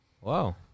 Wow